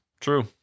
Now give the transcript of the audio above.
True